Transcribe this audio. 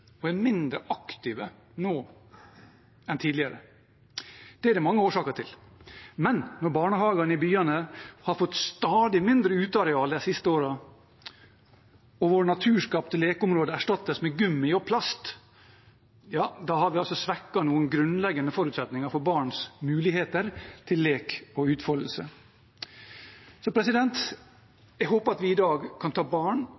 og er mindre aktive nå enn tidligere. Det er det mange årsaker til. Men når barnehagene i byene har fått stadig mindre uteareal de siste årene og våre naturskapte lekeområder erstattes med gummi og plast, ja da har vi altså svekket noen grunnleggende forutsetninger for barns muligheter til lek og utfoldelse. Jeg håper at vi i dag kan ta barn